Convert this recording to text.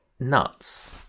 Nuts